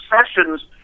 sessions